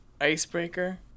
Icebreaker